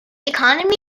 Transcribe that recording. economy